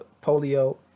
polio